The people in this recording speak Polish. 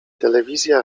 telewizja